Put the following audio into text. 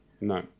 No